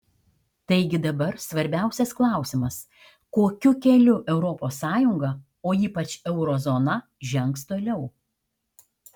taigi dabar svarbiausias klausimas kokiu keliu europos sąjunga o ypač euro zona žengs toliau